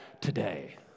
today